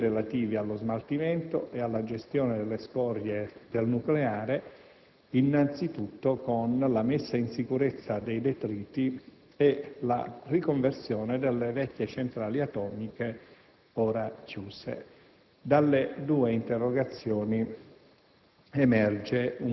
nel 1999, relativi allo smaltimento e alla gestione delle scorie del nucleare innanzi tutto con la messa in sicurezza dei detriti e la riconversione delle vecchie centrali atomiche ora chiuse. Dalle due interrogazioni